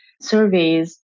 surveys